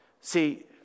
See